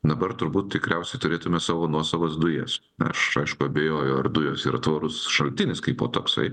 dabar turbūt tikriausiai turėtumėme savo nuosavas dujas aš abejoju ar dujos ir tvarus šaltinis kaipo toksai